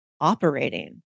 operating